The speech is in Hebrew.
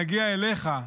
נגיע אליך.